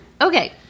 Okay